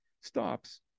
stops